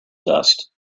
dust